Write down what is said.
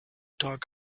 talk